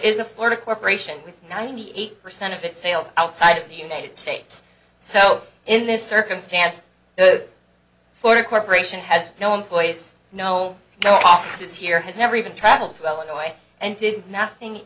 is a florida corporation with ninety eight percent of its sales outside of the united states so in this circumstance the foreign corporation has no employees no no offices here has never even traveled to l a and did nothing